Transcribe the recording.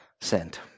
sent